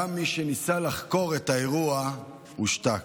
גם מי שניסה לחקור את האירוע הושתק.